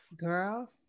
girl